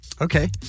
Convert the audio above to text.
Okay